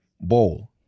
bowl